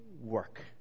work